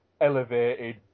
elevated